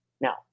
Now